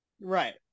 Right